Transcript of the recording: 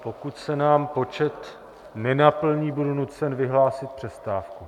Pokud se nám počet nenaplní, budu nucen vyhlásit přestávku.